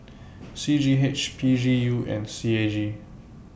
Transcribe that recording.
C G H P G U and C A G